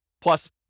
plus